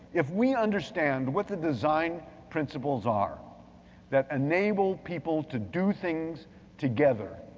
if we understand what the design principles are that enable people to do things together,